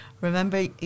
remember